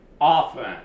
often